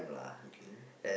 okay